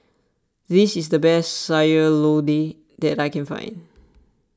this is the best Sayur Lodeh that I can find